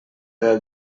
del